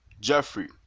Jeffrey